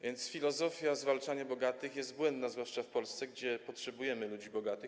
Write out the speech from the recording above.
Więc filozofia zwalczania bogatych jest błędna, zwłaszcza w Polsce, gdzie potrzebujemy ludzi bogatych.